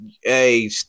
Hey